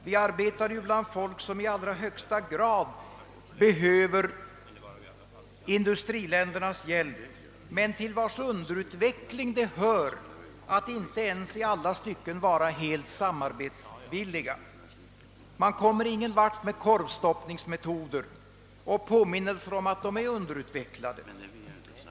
Vi arbetar ju bland folk som i allra högsta grad behöver industriländernas hjälp men till vilkas underutveckling hör att de inte ens i alla stycken är helt samarbetsvilliga. Man kommer ingen vart med korvstoppningsmetoder och påminnelser om att dessa länder är underutvecklade.